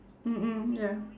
mm mm ya